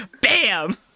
Bam